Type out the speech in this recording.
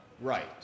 right